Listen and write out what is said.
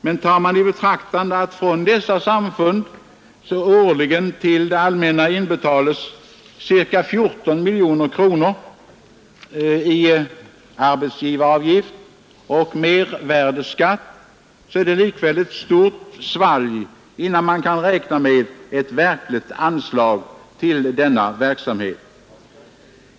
Men tar man i betraktande att från dessa samfund årligen till det allmänna inbetalas ca 14 miljoner kronor i arbetsgivaravgift och mervärdeskatt, så är det likväl ett stort svalg innan man kan räkna med ett verkligt anslag till denna verksamhet.